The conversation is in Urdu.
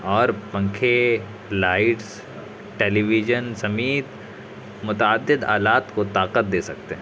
اور پنکھے لائٹس ٹیلی ویژن سمیت متعدد آلات کو طاقت دے سکتے ہیں